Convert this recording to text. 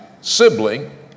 sibling